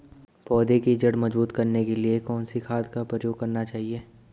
पौधें की जड़ मजबूत करने के लिए कौन सी खाद का प्रयोग करना चाहिए?